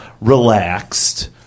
relaxed